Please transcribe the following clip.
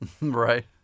Right